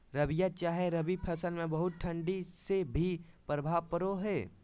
रबिया चाहे रवि फसल में बहुत ठंडी से की प्रभाव पड़ो है?